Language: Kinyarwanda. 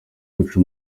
guca